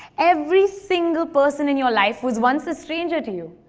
every single person in your life was once a stranger to you.